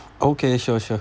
okay sure sure